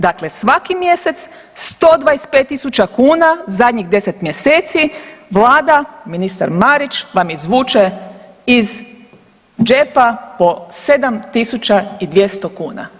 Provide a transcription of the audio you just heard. Dakle, svaki mjesec 125.000 kuna zadnjih 10 mjeseci, vlada, ministar Marić vam izvuče iz džepa po 7.200 kuna.